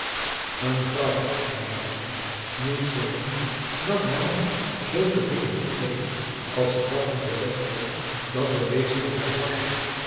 een vrouw meende zij moest zorgen dat haar man zulke dingen niet deed als ze dàt niet beletten kon dan bewees dit haar zwakheid